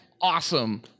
awesome